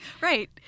Right